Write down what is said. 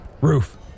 Roof